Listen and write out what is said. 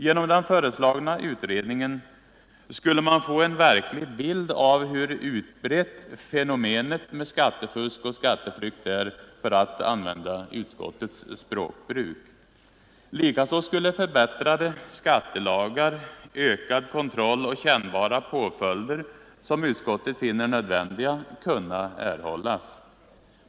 Genom den föreslagna utredningen skulle man kunna få en verklig bild av hur utbrett ”fenomenet” med skattefusk och skatteflykt är för att använda utskottets språkbruk. Likaså skulle förbättrade skattelagar, ökad kontroll och kännbara påföljder, som utskottet finner nödvändiga, kunna erhållas.